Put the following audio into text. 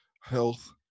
health